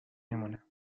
میمونه